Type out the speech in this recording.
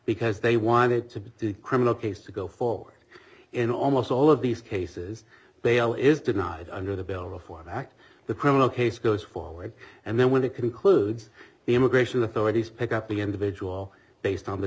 because they wanted to get the criminal case to go forward in almost all of these cases bail is denied under the bill before act the criminal case goes forward and then when it concludes the immigration authorities pick up the individual based on the